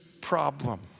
problem